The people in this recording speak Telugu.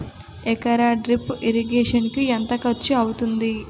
ఎకర డ్రిప్ ఇరిగేషన్ కి ఎంత ఖర్చు అవుతుంది?